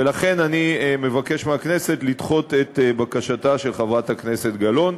ולכן אני מבקש מהכנסת לדחות את בקשתה של חברת הכנסת גלאון,